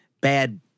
bad